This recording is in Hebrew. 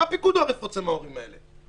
מה פיקוד העורף רוצה מההורים האלה?